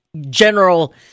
general